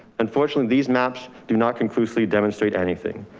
unfortunately, these maps do not conclusively demonstrate anything.